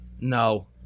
No